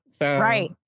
Right